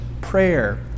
prayer